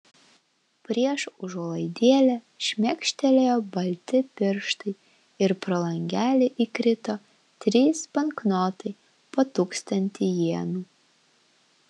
prieš užuolaidėlę šmėkštelėjo balti pirštai ir pro langelį įkrito trys banknotai po tūkstantį jenų